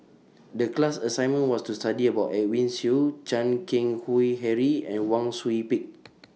The class assignment was to study about Edwin Siew Chan Keng Howe Harry and Wang Sui Pick